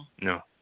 No